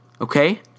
Okay